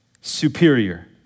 superior